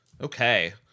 Okay